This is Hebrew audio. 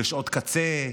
בשעות קצה,